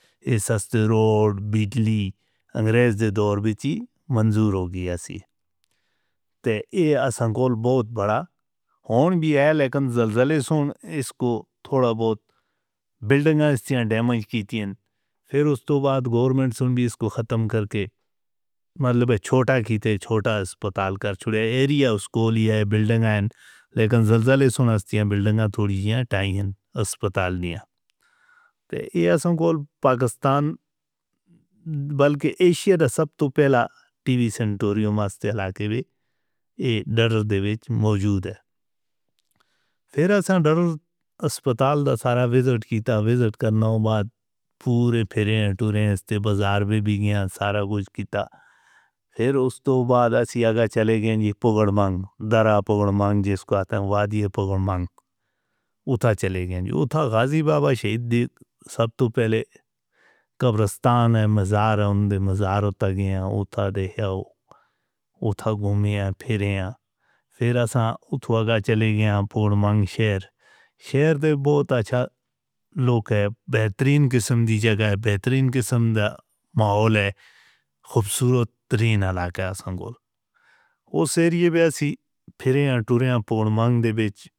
اس وقت road Batley انگریز دے دور بٹی منظور ہو گیا سی تے یہ اساں کول بہت بڑا ہون بھی ہے لیکن زلزلے سن اس کو تھوڑا بہت بلڈنگاں اس دیاں ڈیمیج کیتیاں۔ پھر اس تو بعد گورنمنٹ سن بھی اس کو ختم کر کے مطلب چھوٹا کیتے چھوٹا اسپتال کر چکے ایریا اس کو لیا ہے بلڈنگاں لیکن زلزلے سن اس دیاں بلڈنگاں تھوڑی جیاں ٹائیں ہیں اسپتال دیاں۔ تے یہ اساں کول پاکستان بلکہ ایشیا دے سب تو پہلا ٹی وی سنٹروریوم آس تے علاقے بھی یہ ڈرڈر دے وچ موجود ہے۔ پھر اساں ڈرڈر اسپتال دا سارا وزٹ کیتا۔ وزٹ کرنےوں بعد پورے پھیریں توریں استے بزار بھی بھی گئیں سارا کچھ کیتا۔ پھر اس تو بعد اسی آگے چلے گئے جی پگڑمانگ درہ پگڑمانگ جس کو آتے ہیں وادی پگڑمانگ اتھا چلے گئے جی اتھا غازی بابا شہید دے سب تو پہلے قبرستان ہے مزار ہے ان دے مزار اتھا گئے ہیں۔ اتھا دے ہو اتھا گومیاں پھریاں پھر اساں اتھوا گا چلے گئے ہیں پون مانگ شہر شہر دے بہت اچھا لوگ ہے بہترین قسم دی جگہ ہے بہترین قسم دا ماحول ہے خوبصورت ترین علاقہ سنگل اس ایریے بیعثی پھریاں توریں پون مانگ دے وچ.